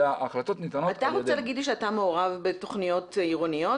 אתה רוצה להגיד לי שאתה מעורב בתוכניות עירוניות?